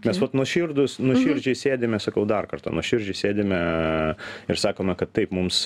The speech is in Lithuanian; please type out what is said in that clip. mes vat nuoširdūs nuoširdžiai sėdime sakau dar kartą nuoširdžiai sėdime ir sakome kad taip mums